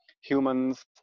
humans